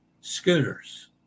scooters